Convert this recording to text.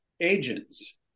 agents